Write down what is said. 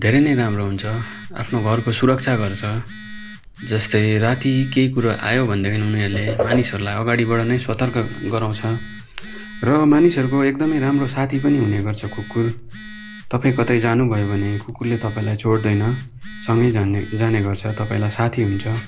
धेरै नै राम्रो हुन्छ आफ्नो घरको सुरक्षा गर्छ जस्तै राति केही कुरो आयो भनेदेखि उनीहरूले मानिसहरूलाई अगाडिबाट नै सतर्क गराउँछ र मानिसहरूको एकदमै राम्रो साथी पनि हुने गर्छ कुकुर तपाईँई कतै जानुभयो भने कुकुरले तपाईँलाई छोड्दैन सँगै जाने जाने गर्छ तपाईँलाई साथी हुन्छ